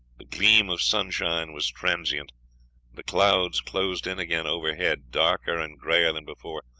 the gleam of sunshine was transient the clouds closed in again overhead, darker and grayer than before.